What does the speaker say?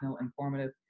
informative